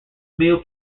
meal